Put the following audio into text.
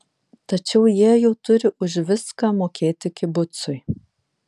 tačiau jie jau turi už viską mokėti kibucui